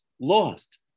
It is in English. lost